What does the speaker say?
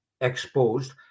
exposed